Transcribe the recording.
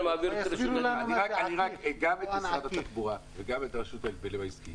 --- גם משרד התחבורה וגם רשות ההגבלים העסקיים